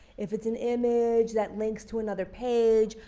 if it's an image that leads to another page,